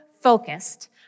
focused